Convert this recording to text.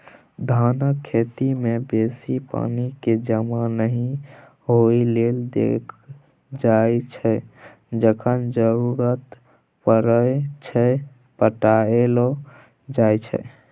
धानक खेती मे बेसी पानि केँ जमा नहि होइ लेल देल जाइ छै जखन जरुरत परय छै पटाएलो जाइ छै